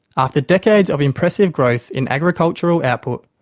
after decades of impressive growth in agricultural output,